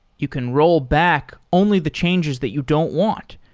you can rollback only the changes that you don't want,